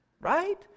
Right